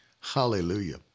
Hallelujah